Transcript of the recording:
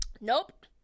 Nope